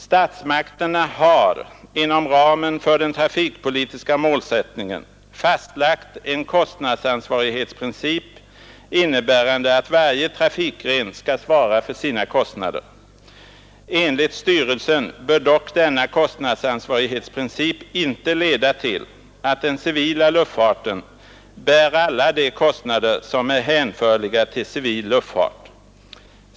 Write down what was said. Statsmakterna har, inom ramen för den trafikpolitiska målsättningen, fastlagt en kostnadsansvarighetsprincip innebärande att varje trafikgren skall svara för sina kostnader. Enligt styrelsen bör dock denna kostnadsansvarighetsprincip inte leda till att den civila luftfarten bär alla de kostnader som är hänförliga till civil luftfart.